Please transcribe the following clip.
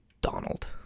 donald